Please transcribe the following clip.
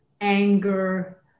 anger